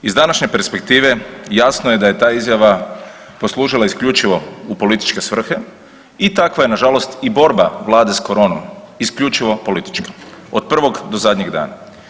Iz današnje perspektive jasno je da je ta izjava poslužila isključivo u političke svrhe i takva je nažalost i borba vlade s koronom, isključivo politička od prvog do zadnjeg dana.